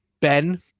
Ben